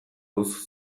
duzu